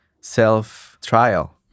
self-trial